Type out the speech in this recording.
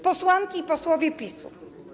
Posłanki i Posłowie PiS-u!